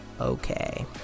Okay